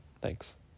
thanks